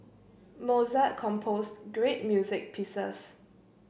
Mozart composed great music pieces